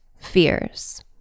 fears